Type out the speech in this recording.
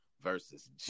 versus